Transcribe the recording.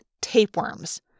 tapeworms